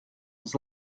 his